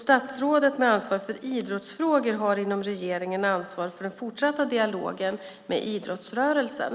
Statsrådet med ansvar för idrottsfrågor har inom regeringen ansvaret för den fortsatta dialogen med idrottsrörelsen.